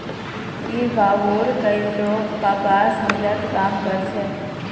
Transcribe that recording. ई गांवउर कई लोग कपास मिलत काम कर छे